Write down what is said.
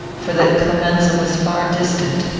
for that clemenza was far distant.